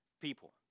people